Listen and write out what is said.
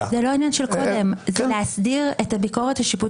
וגם הוא לא מכיר את זה.